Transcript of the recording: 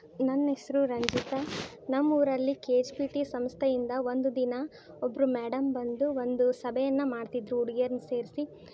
ನನ್ನ ಹೆಸ್ರು ರಂಜಿತ ನಮ್ಮ ಊರಲ್ಲಿ ಕೆ ಎಚ್ ಪಿ ಟಿ ಸಂಸ್ಥೆಯಿಂದ ಒಂದು ದಿನ ಒಬ್ಬರು ಮ್ಯಾಡಮ್ ಬಂದು ಒಂದು ಸಭೆಯನ್ನ ಮಾಡ್ತಿದ್ದರು ಹುಡ್ಗಿಯರ್ನ ಸೇರಿಸಿ